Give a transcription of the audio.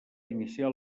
iniciar